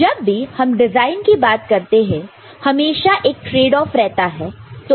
तो जब भी हम डिजाइन की बात करते हैं हमेशा एक ट्रेड ऑफ रहता है